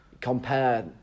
compare